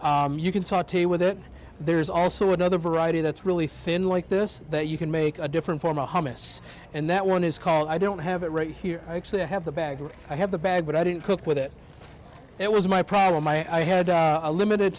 here you can talk to with it there's also another variety that's really thin like this that you can make a different form of hummus and that one is called i don't have it right here actually i have the bag i have the bag but i didn't cook with it it was my problem i had a limited